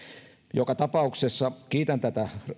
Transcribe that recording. joka tapauksessa kiitän tätä